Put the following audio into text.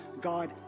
God